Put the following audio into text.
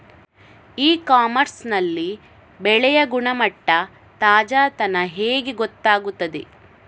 E commerce ನಲ್ಲಿ ಬೆಳೆಯ ಗುಣಮಟ್ಟ, ತಾಜಾತನ ಹೇಗೆ ಗೊತ್ತಾಗುತ್ತದೆ?